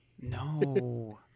No